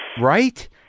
right